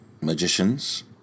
magicians